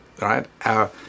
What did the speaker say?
right